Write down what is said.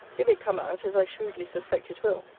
if it come out, as i shrewdly suspect it will,